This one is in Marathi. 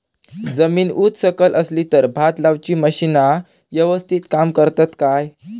जमीन उच सकल असली तर भात लाऊची मशीना यवस्तीत काम करतत काय?